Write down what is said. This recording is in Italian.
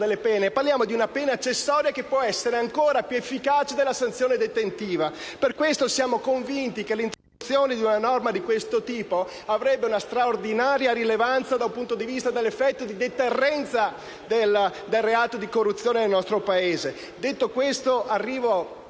delle pene, ma di una pena accessoria, che può essere ancora più efficace della sanzione detentiva. Per questo siamo convinti che l'introduzione di una norma di questo tipo avrebbe una straordinaria rilevanza dal punto di vista dell'effetto di deterrenza nei confronti del reato di corruzione nel nostro Paese. Detto questo, chiedo